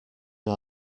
our